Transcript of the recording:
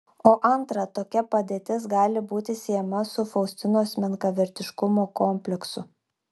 o antra tokia padėtis gali būti siejama su faustinos menkavertiškumo kompleksu